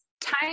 Time